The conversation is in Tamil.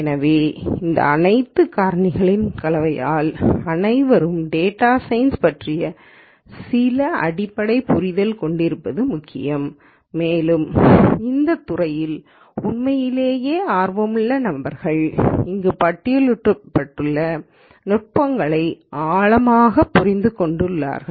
எனவே இந்த அனைத்து காரணிகளின் கலவைகளால் அனைவரும் டேட்டா சயின்ஸ் பற்றிய சில அடிப்படை புரிதல் கொண்டிருப்பது முக்கியம் மேலும் இந்தத் துறையில் உண்மையிலேயே ஆர்வமுள்ள நபர்கள் இங்கு பட்டியலிடப்பட்டுள்ள நுட்பங்களைப் ஆழமாக புரிந்து கொண்டுள்ளார்கள்